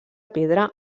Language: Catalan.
pedra